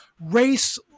race